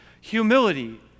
humility